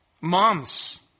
moms